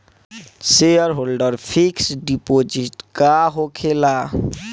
Shareholder fix deposit का होखे ला?